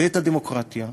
ואת הדמוקרטיה,